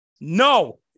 No